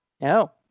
No